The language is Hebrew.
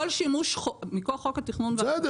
מכוח חוק התכנון והבנייה,